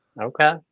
Okay